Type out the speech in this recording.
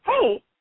hey